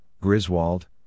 Griswold